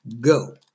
go